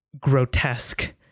grotesque